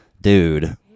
dude